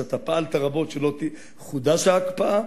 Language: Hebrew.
שאתה פעלת רבות שלא תחודש ההקפאה,